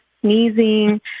sneezing